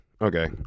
Okay